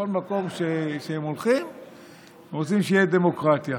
בכל מקום שהם הולכים הם רוצים שתהיה דמוקרטיה.